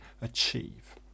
achieve